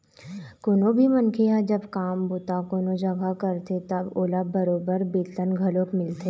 कोनो भी मनखे ह जब काम बूता कोनो जघा करथे तब ओला बरोबर बेतन घलोक मिलथे